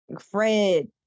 Fred